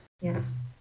yes